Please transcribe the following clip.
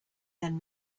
then